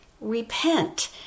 Repent